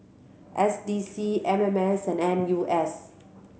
S D C M M S and N U S